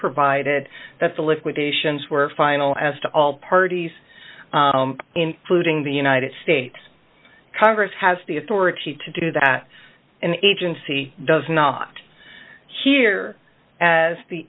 provided that the liquidations were final as to all parties including the united states congress has the authority to do that an agency does not here as the